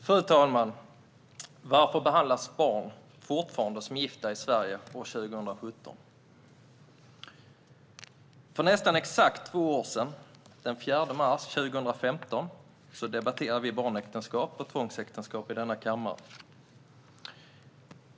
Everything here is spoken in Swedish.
Fru talman! Varför behandlas barn fortfarande som gifta i Sverige år 2017? För nästan exakt två år sedan, den 4 mars 2015, debatterade vi barnäktenskap och tvångsäktenskap i denna kammare.